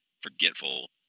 forgetful